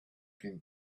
can